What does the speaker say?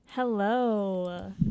Hello